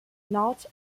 not